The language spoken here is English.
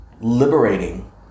liberating